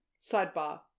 sidebar